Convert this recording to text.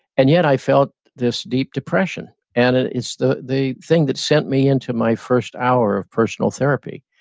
and yet i felt this deep depression, and it's the the thing that sent me into my first hour of personal therapy.